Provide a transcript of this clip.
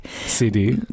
CD